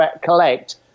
collect